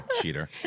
Cheater